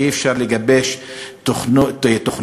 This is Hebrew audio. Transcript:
אי-אפשר לגבש תוכניות,